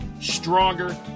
stronger